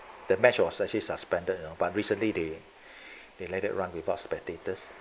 the match was actually suspended you know but recently they they let it run without spectators